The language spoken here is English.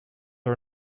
are